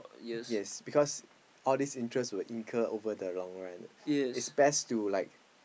yes because all this interest will incur over the long run it's best to like